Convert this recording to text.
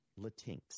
Latinx